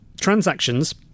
transactions